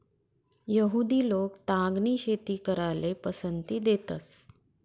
यहुदि लोक तागनी शेती कराले पसंती देतंस